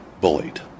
bullied